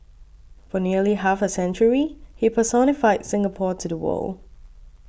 for nearly half a century he personified Singapore to the world